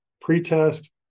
pre-test